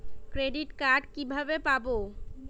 Credit card কিভাবে পাব?